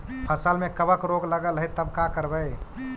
फसल में कबक रोग लगल है तब का करबै